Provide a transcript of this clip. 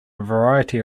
variety